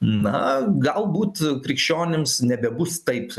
na galbūt krikščionims nebebus taip